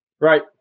Right